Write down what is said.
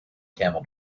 camel